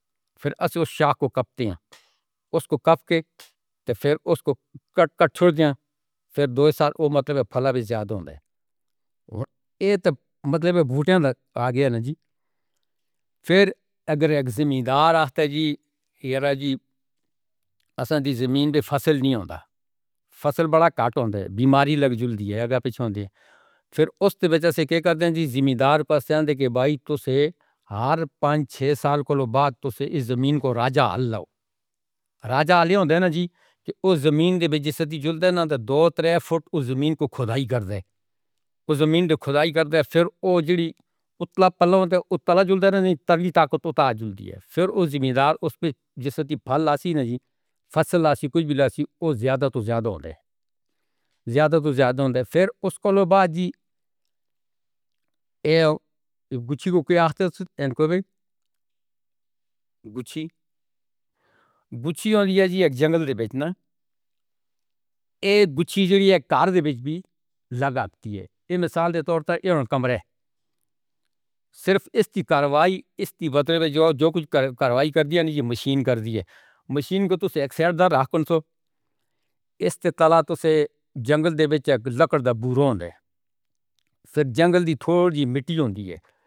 پھر اس اس شاخ کو کپ دےں یا اس کو کپ کے پھر اس کو کٹ کٹ چھوڑ دِیا۔ پھر دو ہی سال او مطلب او پھل وی زیادہ ہوندا ہے۔ تے اے تاں مطلب او بوٹیاں آ گیا نا جی؟ پھر اگر اک زمیندار آتا جی، یارو جی، اساں جی زمین پے فصل نہیں ہوندا، فصل وڈا گھاٹ ہوندا۔ بیماری لگ جُلدی آگے پیچھے جُلدی۔ پھر اُسے توں بچا سے کے کر دےں جی۔ زمیندار پے سندیکی بھائی، تُسے ہر پانچ چھہ سال کولوں بعد تُسے اِس زمین کو راجا ہل لاو۔ راجا ہالے ہوندا نا جی کہ او زمین پے جس طرح جو کھدائی دو تِنّہ فٹ اُس زمین کو کھدائی کر دے۔ اُس زمین کو کھدائی کر دے۔ پھر او جُری اوتلے پلے پے او تلک جو ہوندا ہے نا جی، تریّ طاقت اُتار جولدی ہے پھر او زمیندار اُس پے جس حالت پھل لاسی نا جی، فصل لاسی کجھ وی لاسی۔ او زیادہ توں زیادہ ہوندا ہے۔ زیادہ توں زیادہ ہوندا ہے۔ پھر اُس کولوں بعد جی۔ اے گُچھے کو کوئی آنکڑا سنیں گے۔ گُچھے۔ گُچھے ہوندی ہے نا جی اک جنگل دے بیچ نا۔ اے گُچھے جریے اک گھر دے بیچ وی لگ جاتی ہے۔ اک مثال دے طور تے ایہ کمرا صرف ایسٹی کارروائی ایسٹی بدلے وچ جو کجھ کارروائی کر دِیا ہے مشین کر دِی ہے۔ مشین کو اک سیٹ رکھ دو۔ اِس دے طلاق تُسے جنگل دے بیچ لکڑ دا بورا ہوندے نیں۔ پھر جنگل دی تھوڑی مٹی ہوندی ہے۔